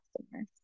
customers